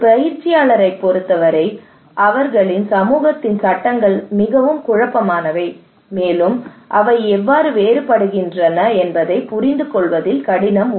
ஒரு பயிற்சியாளரைப் பொறுத்தவரை அவர்களின் சமூகத்தின் சட்டங்கள் மிகவும் குழப்பமானவை மேலும் அவை எவ்வாறு வேறுபடுகின்றன என்பதைப் புரிந்துகொள்வதும் கடினம்